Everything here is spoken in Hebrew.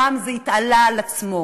הפעם זה התעלה על עצמו: